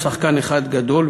הוא שחקן אחד גדול,